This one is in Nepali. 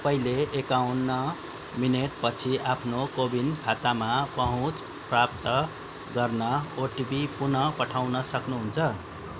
तपाईँँले एकाउन्न मिनेटपछि आफ्नो कोविन खातामा पहुँच प्राप्त गर्न ओटिपी पुनः पठाउन सक्नुहुन्छ